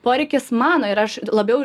poreikis mano ir aš labiau